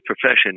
profession